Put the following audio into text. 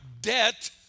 debt